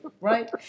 right